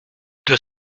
deux